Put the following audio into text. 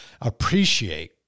appreciate